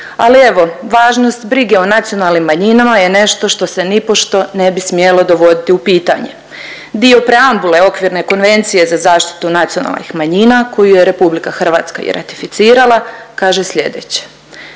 ali evo važnost brige o nacionalnim manjinama je nešto što se nipošto ne bi smjelo dovoditi u pitanje. Dio preambule okvirne Konvencije za zaštitu nacionalnih manjina koju je RH i ratificirala kaže slijedeće.